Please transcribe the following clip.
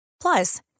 Plus